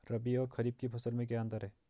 रबी और खरीफ की फसल में क्या अंतर है?